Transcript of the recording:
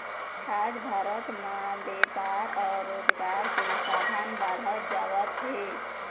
आज भारत म बेपार अउ रोजगार के साधन बाढ़त जावत हे